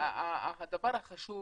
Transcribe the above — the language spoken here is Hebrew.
הדבר החשוב